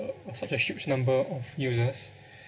uh for such a huge number of users